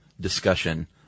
discussion